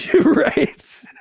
right